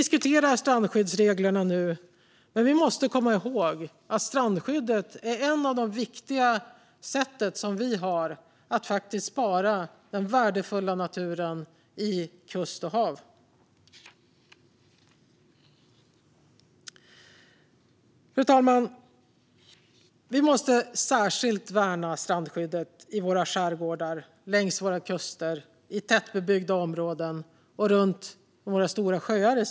Strandskyddsreglerna diskuteras, men vi måste komma ihåg att strandskyddet är ett viktigt sätt att spara den värdefulla naturen längs kust och hav. Fru talman! Vi måste särskilt värna strandskyddet i våra skärgårdar, längs våra kuster, i tätbebyggda områden och runt våra stora sjöar.